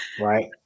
right